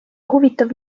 huvitav